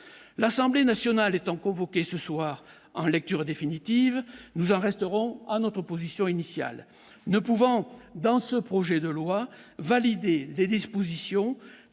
l'Assemblée nationale étant convoqué ce soir en lecture définitive, nous en resterons à notre position initiale ne pouvant dans ce projet de loi validé des dispositions